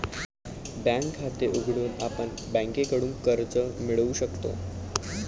bank खाते उघडून आपण बँकेकडून कर्ज मिळवू शकतो